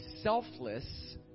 selfless